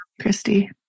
Christy